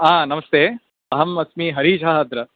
हा नमस्ते अहम् अस्मि हरीशः अत्र